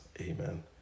Amen